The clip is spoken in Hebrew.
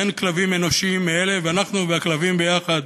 אין כלבים אנושיים מאלה, ואנחנו והכלבים ביחד,